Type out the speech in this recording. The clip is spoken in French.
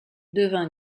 devint